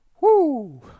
Woo